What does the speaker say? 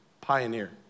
pioneer